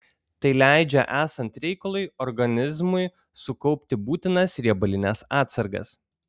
tai leidžia esant reikalui organizmui sukaupti būtinas riebalines atsargas